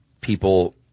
people